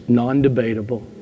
non-debatable